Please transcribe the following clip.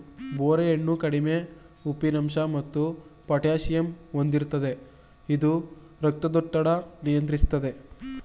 ಬೋರೆ ಹಣ್ಣು ಕಡಿಮೆ ಉಪ್ಪಿನಂಶ ಮತ್ತು ಪೊಟ್ಯಾಸಿಯಮ್ ಹೊಂದಿರ್ತದೆ ಇದು ರಕ್ತದೊತ್ತಡ ನಿಯಂತ್ರಿಸ್ತದೆ